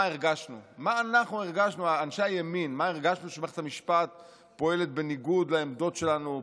מה הרגשנו כשמערכת המשפט פועלת בניגוד לעמדות שלנו,